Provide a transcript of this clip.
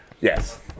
yes